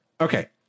Okay